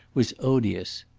was odious.